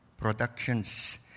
productions